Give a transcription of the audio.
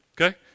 Okay